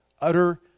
utter